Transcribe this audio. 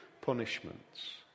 punishments